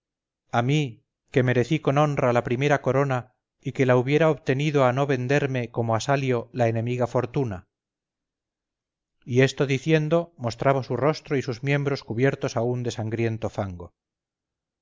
a mí que merecí con honra la primera corona y que la hubiera obtenido a no venderme como a salio la enemiga fortuna y esto diciendo mostraba su rostro y sus miembros cubiertos aún de sangriento fango